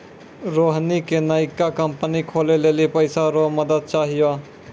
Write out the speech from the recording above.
रोहिणी के नयका कंपनी खोलै लेली पैसा रो मदद चाहियो